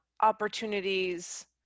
opportunities